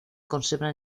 conserva